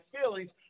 feelings